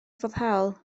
foddhaol